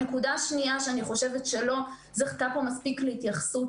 הנקודה השנייה שאני חושבת שלא זכתה פה מספיק להתייחסות